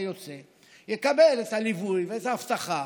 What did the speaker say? יוצא הוא יקבל את הליווי ואת האבטחה,